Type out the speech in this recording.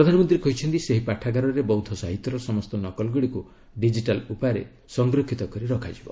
ପ୍ରଧାନମନ୍ତ୍ରୀ କହିଛନ୍ତି ସେହି ପାଠାଗାରରେ ବୌଦ୍ଧ ସାହିତ୍ୟର ସମସ୍ତ ନକଲ ଗୁଡିକୁ ଡିକିଟାଲ ଉପାୟରେ ସଂରକ୍ଷିତ କରି ରଖାଯିବ